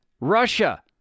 Russia